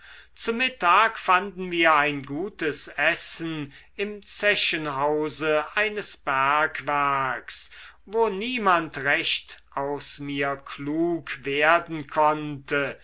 zu mittag fanden wir ein gutes essen im zechenhause eines bergwerks wo niemand recht aus mir klug werden konnte